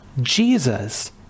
Jesus